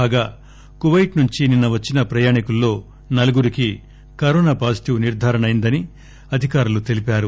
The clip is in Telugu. కాగా కుపైట్ నుంచి నిన్న వచ్చిన ప్రయాణీకులలో నలుగురికి కరోన పాజిటివ్ నిర్ధారణ అయిందని అధికారులు తెలిపారు